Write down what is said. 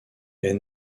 est